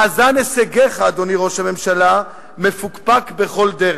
מאזן הישגיך, אדוני ראש הממשלה, מפוקפק בכל דרך.